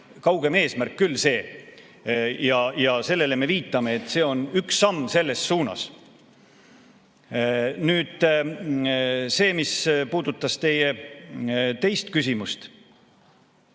kaugem eesmärk küll. Ja sellele me viitame, et see on üks samm selles suunas. Nüüd see, mis puudutas teie teist küsimust,